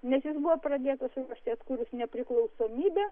nes jis buvo pradėtas ruošti atkūrus nepriklausomybę